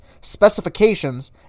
specifications